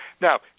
Now